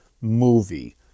movie